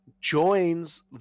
joins